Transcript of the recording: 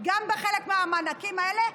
גם בחלק מהמענקים האלה.